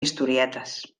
historietes